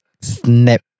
Snap